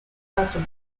after